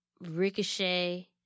Ricochet